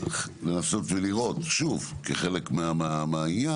לנסות ולראות, שוב, כחלק מהעניין,